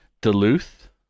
Duluth